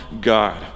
God